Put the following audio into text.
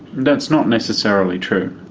that's not necessarily true.